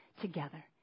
together